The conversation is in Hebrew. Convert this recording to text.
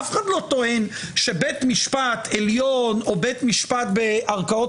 אף אחד לא טוען שבית משפט עליון או בית משפט בערכאות